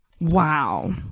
wow